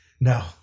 No